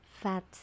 fat